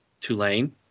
Tulane